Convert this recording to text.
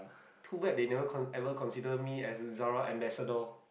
too bad they never con~ ever consider me as Zara ambassador